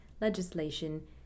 legislation